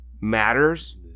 matters